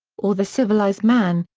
or the civilized man,